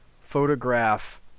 photograph